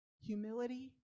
humility